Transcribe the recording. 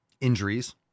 injuries